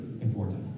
important